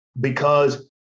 because-